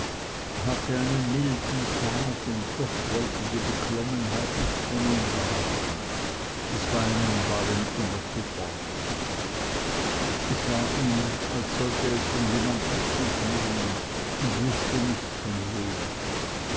hatte einen milden tag und doch wollte die beklommenheit nicht von ihm weichen das weinen war ihm immer zuvorderst es war ihm als sollte es von jemand abschied nehmen und wußte nicht von wem